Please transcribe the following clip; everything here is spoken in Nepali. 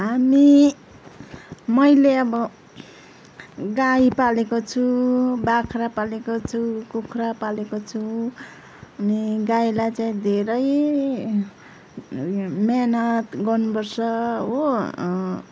हामी मैले अब गाई पालेको छु बाख्रा पालेको छु कुखुरा पालेको छु अनि गाईलाई चाहिँ धेरै उयो मिहिनेत गर्नुपर्छ हो